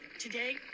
Today